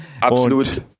Absolut